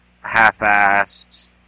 half-assed